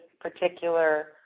particular